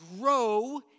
grow